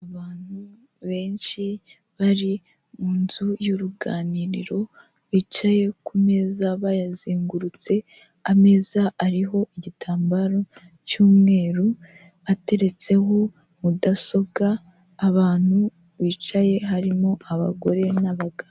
Abantu benshi bari mu nzu y'uruganiriro bicaye ku meza bayazengurutse, ameza ariho igitambaro cy'umweru ateretseho mudasobwa, abantu bicaye harimo abagore n'abagabo.